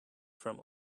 from